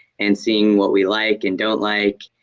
and seeing what we like and don't like.